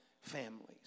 families